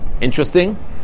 Interesting